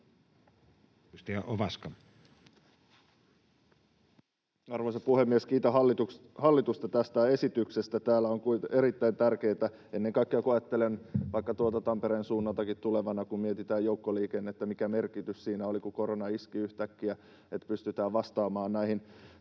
Arvoisa puhemies! Kiitän hallitusta tästä esityksestä, täällä on erittäin tärkeitä asioita: ennen kaikkea kun ajattelen tuolta Tampereen suunnaltakin tulevana, kun mietitään vaikka joukkoliikennettä, mikä merkitys siinä oli, kun korona iski yhtäkkiä, että pystytään sitten vastaamaan näihin